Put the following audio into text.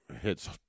hits